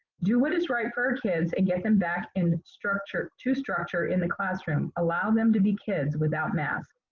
do what is right for our kids and get them back in structure, to structure in a classroom, allow them to be kids without masks.